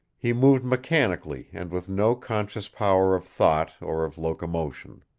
he moved mechanically and with no conscious power of thought or of locomotion.